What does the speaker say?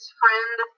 friend